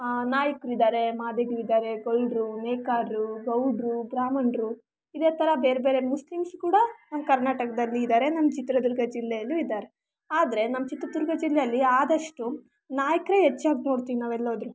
ನಾಯಕರಿದ್ದಾರೆ ಮಾದಿಗರಿದ್ದಾರೆ ಗೊಲ್ಲರು ನೆಕಾರರು ಗೌಡ್ರು ಬ್ರಾಹ್ಮಣರು ಇದೇ ಥರ ಬೇರೆ ಬೇರೆ ಮುಸ್ಲಿಮ್ಸ್ ಕೂಡ ನಮ್ಮ ಕರ್ನಾಟಕದಲ್ಲಿ ಇದ್ದಾರೆ ನಮ್ಮ ಚಿತ್ರದುರ್ಗ ಜಿಲ್ಲೆಯಲ್ಲೂ ಇದ್ದಾರೆ ಆದರೆ ನಮ್ಮ ಚಿತ್ರದುರ್ಗ ಜಿಲ್ಲೆಯಲ್ಲಿ ಆದಷ್ಟು ನಾಯಕರೇ ಹೆಚ್ಚಾಗಿ ನೋಡ್ತೀವಿ ನಾವು ಎಲ್ಲೋದ್ರು